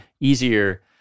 easier